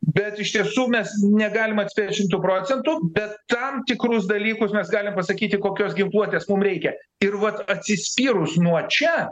bet iš tiesų mes negalim atspėt šimtu procentų bet tam tikrus dalykus mes galim pasakyti kokios ginkluotės mum reikia ir vat atsispyrus nuo čia